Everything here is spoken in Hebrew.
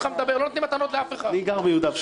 אני גר ביהודה ושומרון.